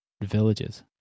villages